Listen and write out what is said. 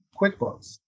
QuickBooks